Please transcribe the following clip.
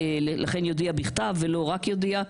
לכן יודיע בכתב ולא רק יודיע,